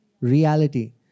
reality